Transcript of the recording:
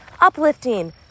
uplifting